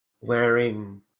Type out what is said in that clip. wearing